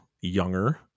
Younger